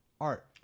art